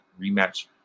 rematch